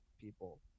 people